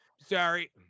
sorry